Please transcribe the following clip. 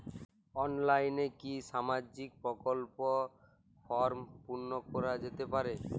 অনলাইনে কি সামাজিক প্রকল্পর ফর্ম পূর্ন করা যেতে পারে?